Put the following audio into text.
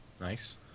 nice